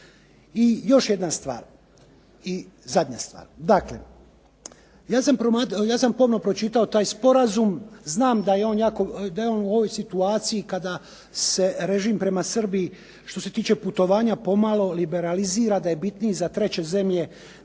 I još jedna stvar i zadnja stvar. Dakle, ja sam pomno pročitao taj sporazum, znam da je on u ovoj situaciji kada se režim prema Srbiji što se tiče putovanja pomalo liberalizira, da je bitniji za treće zemlje